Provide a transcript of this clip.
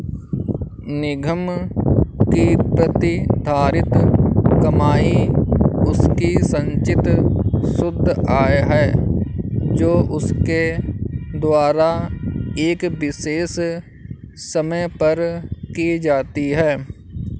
निगम की प्रतिधारित कमाई उसकी संचित शुद्ध आय है जो उसके द्वारा एक विशेष समय पर की जाती है